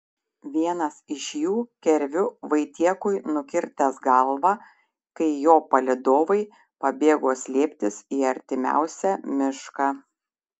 vienas iš jų kirviu vaitiekui nukirtęs galvą kai jo palydovai pabėgo slėptis į artimiausią mišką